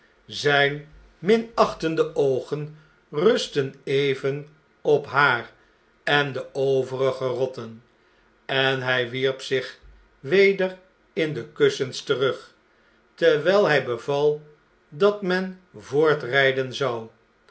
zjjne minachtende oogen rustten even op haar en de overige rotten en hjj wierp zich weder in de kussens terug terwjjl hj beval dat men voortrijden zou